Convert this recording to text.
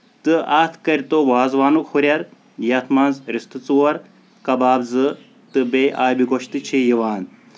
تہٕ اَتھ کٔرتو وازوانُک ہُریٚر یَتھ منٛز رِستہٕ ژور کَباب زٕ تہٕ بیٚیہِ آبہِ گوش تہِ چھِ یِوان